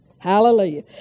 Hallelujah